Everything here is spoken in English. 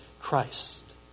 Christ